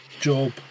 job